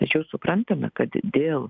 tačiau suprantame kad dėl